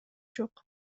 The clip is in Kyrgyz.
жок